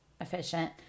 efficient